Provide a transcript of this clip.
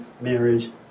marriage